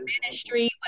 ministry